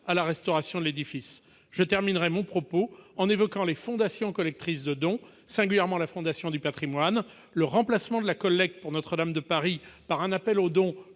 à la restauration de l'édifice. Je terminerai mon propos en évoquant les fondations collectrices de dons, singulièrement la Fondation du patrimoine. Le remplacement de la collecte pour Notre-Dame de Paris par un appel aux dons